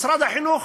משרד החינוך,